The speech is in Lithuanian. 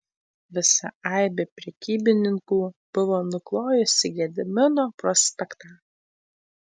visa aibė prekybininkų buvo nuklojusi gedimino prospektą